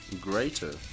greater